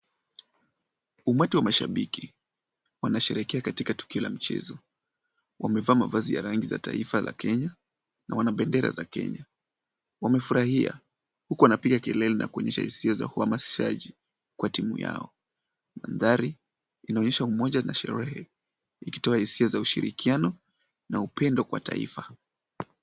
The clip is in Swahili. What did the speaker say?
Umati wa mashabiki, wanashehekea katika tukio la michezo. Wamevaa mavazi yenye rangi la taifa la Kenya na Wana bendera za Kenya. Wamefurahia, huku wanapoliga kelele na kutoa hisia za kuhamasishaji kwa timu yao. Mandhari yanaonyesha upendo na sherehe ikionyesha ushirikiano na upendo kwa taifa.